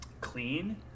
clean